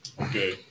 Okay